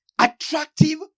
attractive